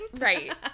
Right